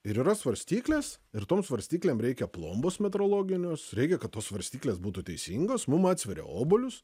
ir yra svarstyklės ir tom svarstyklėm reikia plombos metrologinios reikia kad tos svarstyklės būtų teisingos mum atsveria obuolius